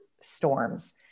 storms